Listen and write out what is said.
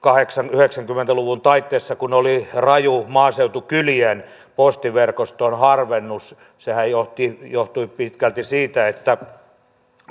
yhdeksänkymmentä lukujen taite kun oli raju maaseutukylien postiverkoston harvennus sehän johtui johtui pitkälti siitä että